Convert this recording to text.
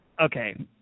okay